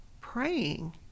praying